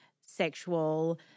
sexual